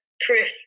proof